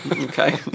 Okay